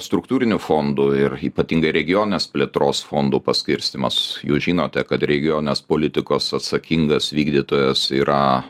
struktūrinių fondų ir ypatingai regioninės plėtros fondo paskirstymas jūs žinote kad regioninės politikos atsakingas vykdytojas yra